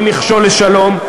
היא מכשול לשלום,